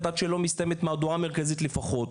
עד שלא מסתיימת מהדורה מרכזית לפחות.